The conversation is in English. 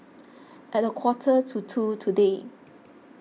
at a quarter to two today